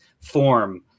form